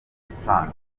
yisanga